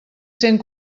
cent